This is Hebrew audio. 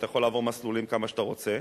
אתה יכול לעבור מסלולים כמה שאתה רוצה,